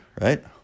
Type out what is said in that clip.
right